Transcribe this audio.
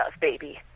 baby